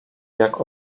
jak